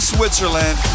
Switzerland